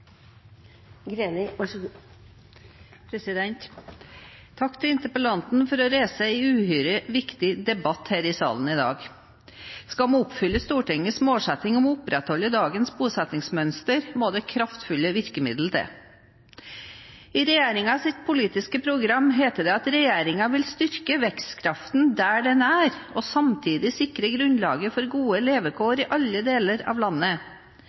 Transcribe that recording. Takk til interpellanten for å reise en uhyre viktig debatt her i salen i dag. Skal vi oppfylle Stortingets målsetting om å opprettholde dagens bosetningsmønster, må det kraftfulle virkemiddel til. I regjeringens politiske program heter det at regjeringen vil styrke vekstkraften der den er, og samtidig sikre grunnlaget for gode levekår i alle deler av landet.